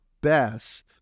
best